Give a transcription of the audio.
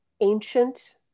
ancient